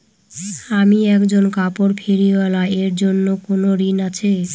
আমি একজন কাপড় ফেরীওয়ালা এর জন্য কোনো ঋণ আছে?